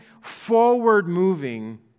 forward-moving